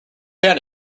pan